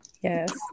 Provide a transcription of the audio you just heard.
Yes